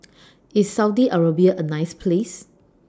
IS Saudi Arabia A nice Place